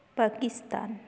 Pakistan